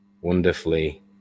wonderfully